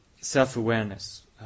self-awareness